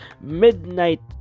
midnight